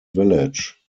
village